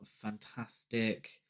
fantastic